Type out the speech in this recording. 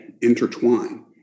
intertwine